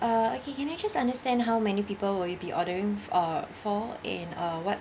uh okay can I just understand how many people will you be ordering uh for in uh what